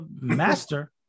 master